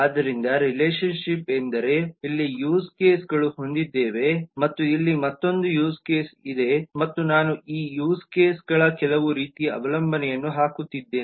ಆದ್ದರಿಂದ ರಿಲೇಶನ್ಶಿಪ್ ಎಂದರೆ ಇಲ್ಲಿ ಯೂಸ್ ಕೇಸ್ಗಳು ಹೊಂದಿದ್ದೇನೆ ಮತ್ತು ಇಲ್ಲಿ ಮತ್ತೊಂದು ಯೂಸ್ ಕೇಸ್ಗಳನ್ನು ಇದೆ ಮತ್ತು ನಾನು ಈ ಯೂಸ್ ಕೇಸ್ಗಳು ಕೆಲವು ರೀತಿಯ ಅವಲಂಬನೆಯನ್ನು ಹಾಕುತ್ತಿದ್ದೇನೆ